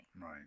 Right